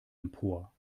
empor